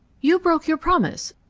you broke your promise,